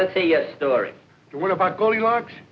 let's say yes story about goldilocks